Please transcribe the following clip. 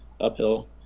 uphill